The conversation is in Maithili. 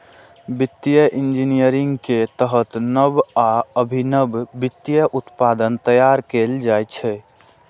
वित्तीय इंजीनियरिंग के तहत नव आ अभिनव वित्तीय उत्पाद तैयार कैल जाइ छै